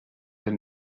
del